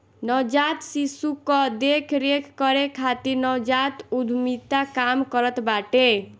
नवजात शिशु कअ देख रेख करे खातिर नवजात उद्यमिता काम करत बाटे